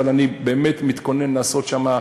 אבל אני באמת מתכונן לעשות שם.